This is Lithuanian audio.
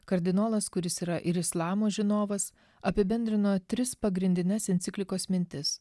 kardinolas kuris yra ir islamo žinovas apibendrino tris pagrindines enciklikos mintis